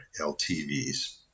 LTVs